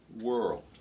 world